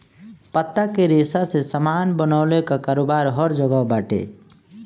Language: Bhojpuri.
पत्ता के रेशा से सामान बनवले कअ कारोबार हर जगह बाटे